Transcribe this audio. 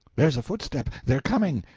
there's a footstep they're coming.